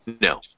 No